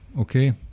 okay